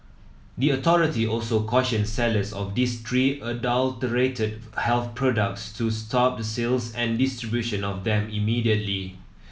the authority also cautioned sellers of these three adulterated health products to stop the sales and distribution of them immediately